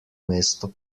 mesto